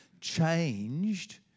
changed